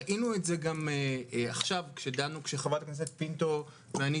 ראינו את זה עכשיו כשחברת הכנסת פינטו ואני,